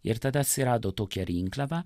ir tada atsirado tokia rinkliava